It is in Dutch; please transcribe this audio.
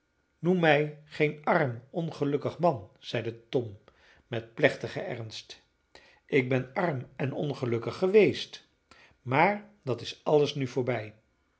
noem mij geen arm ongelukkig man zeide tom met plechtigen ernst ik ben arm en ongelukkig geweest maar dat is alles nu voorbij